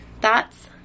Thoughts